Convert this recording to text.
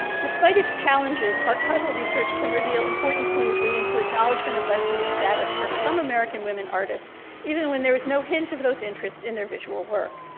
despite its challenges archival research can reveal important clues leading to acknowledgement of lesbian status for some american women artists even when there is no hint of those interests in their visual work.